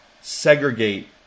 segregate